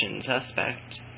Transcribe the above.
suspect